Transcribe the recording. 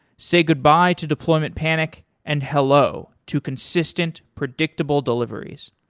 say goodbye to deployment panic and hello to consistent predictable deliveries.